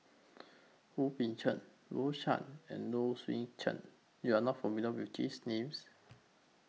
Wu Peng Seng Rose Chan and Low Swee Chen YOU Are not familiar with These Names